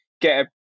get